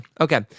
Okay